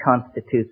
constitutes